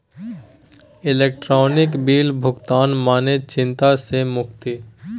electronic bill भुगतान मने चिंता सँ मुक्ति